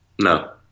No